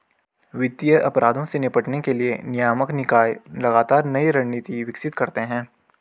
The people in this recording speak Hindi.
वित्तीय अपराधों से निपटने के लिए नियामक निकाय लगातार नई रणनीति विकसित करते हैं